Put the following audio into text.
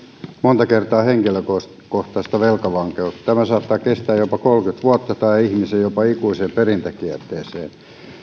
monta kertaa myös henkilökohtaista velkavankeutta tämä saattaa kestää jopa kolmekymmentä vuotta tai viedä ihmisen jopa ikuiseen perintäkierteeseen